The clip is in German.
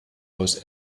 aus